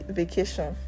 vacation